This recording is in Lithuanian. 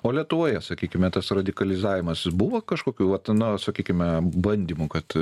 o lietuvoje sakykime tas radikalizavimas buvo kažkokių vat na sakykime bandymų kad